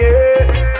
Yes